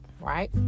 right